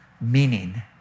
meaning